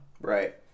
Right